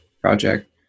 project